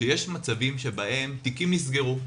שיש מצבים שבהם תיקים נסגרו,